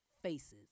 Faces